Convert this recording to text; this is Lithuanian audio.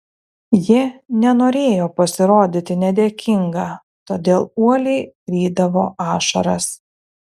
ji nenorėjo pasirodyti nedėkinga todėl uoliai rydavo ašaras